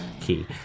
key